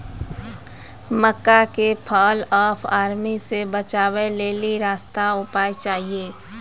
मक्का के fall of army से बचाबै लेली सस्ता उपाय चाहिए?